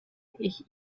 ich